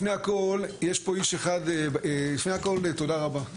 לפני הכל תודה רבה ליו"ר,